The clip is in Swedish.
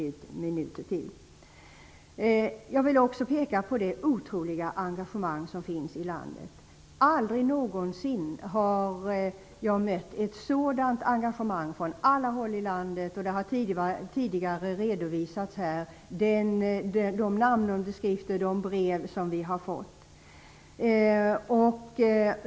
Jag vill också peka på det otroliga engagemang som finns i vårt land. Aldrig någonsin har jag mött ett så stort engagemang från alla håll i landet. Här har tidigare redovisats de namnunderskrifter och brev som vi har fått.